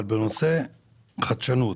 בנושא חדשנות